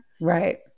Right